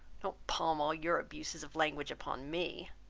don't palm all your abuses of languages upon me.